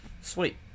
sweet